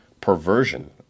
perversion